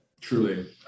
Truly